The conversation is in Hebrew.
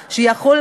יחד,